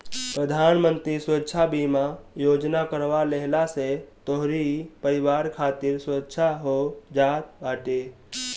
प्रधानमंत्री सुरक्षा बीमा योजना करवा लेहला से तोहरी परिवार खातिर सुरक्षा हो जात बाटे